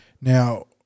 Now